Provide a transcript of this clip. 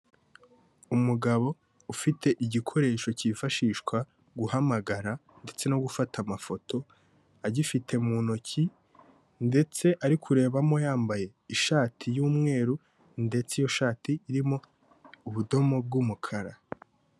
Umugabo ufite igikoresho cyifashishwa guhamagara ndetse no gufata amafoto, agifite mu ntoki, ndetse ari kurebamo, yambaye ishati y'umweru, ndetse iyo shati irimo ubudomo bw'umukara.